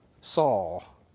Saul